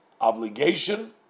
obligation